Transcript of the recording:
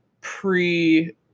pre